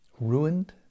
ruined